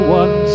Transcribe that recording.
one